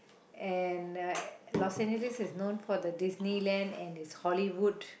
and uh Los-Angeles is known for the Disneyland and its Hollywood